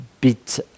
bit